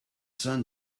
sun